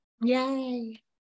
yay